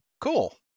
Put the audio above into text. Cool